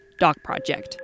dockproject